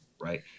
right